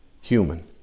human